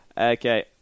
Okay